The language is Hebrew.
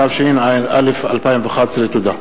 התשע"א 2011. תודה.